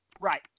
Right